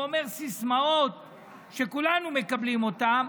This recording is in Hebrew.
הוא אומר סיסמאות שכולנו מקבלים אותן,